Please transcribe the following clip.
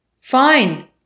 Fine